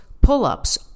pull-ups